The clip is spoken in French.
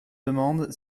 demande